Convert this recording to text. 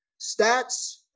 Stats